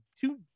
two